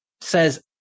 says